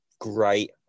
great